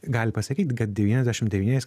galim pasakyt kad devyniasdešimt devyniais